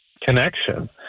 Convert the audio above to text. connection